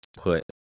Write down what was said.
put